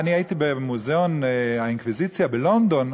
אני הייתי במוזיאון האינקוויזיציה בלונדון,